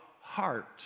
heart